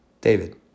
David